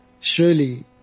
Surely